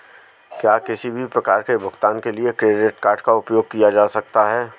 क्या किसी भी प्रकार के भुगतान के लिए क्रेडिट कार्ड का उपयोग किया जा सकता है?